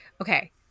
Okay